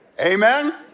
Amen